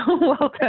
Welcome